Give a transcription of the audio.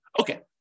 Okay